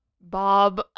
bob